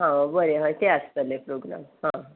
हां बरें हय तें आसतले प्रोग्राम हां